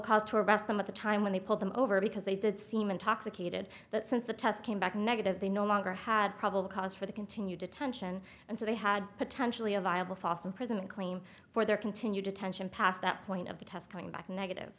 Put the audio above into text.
cause to arrest them at the time when they pulled them over because they did seem intoxicated that since the test came back negative they no longer had probable cause for the continued detention and so they had potentially a viable fossum prison claim for their continued detention past that point of the test coming back negative